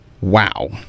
Wow